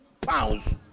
pounds